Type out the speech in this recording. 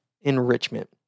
enrichment